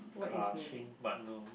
car but no